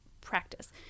practice